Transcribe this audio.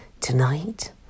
tonight